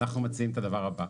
אנחנו מציעים את הדבר הבא: